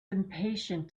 impatient